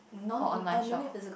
or online shop